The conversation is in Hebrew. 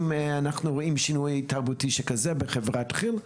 האם אנחנו רואים שינוי תרבותי שכזה בחברת כיל,